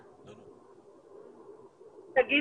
עינב, משרד הבריאות, מחוברת.